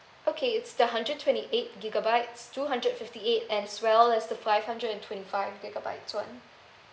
okay it's the hundred twenty eight gigabytes two hundred fifty eight as well as the five hundred and twenty five gigabytes [one]